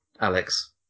Alex